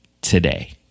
today